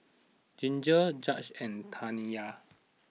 Ginger Judge and Taniya